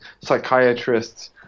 psychiatrists